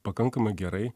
pakankamai gerai